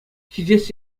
ҫитес